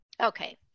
Okay